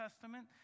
Testament